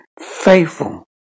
faithful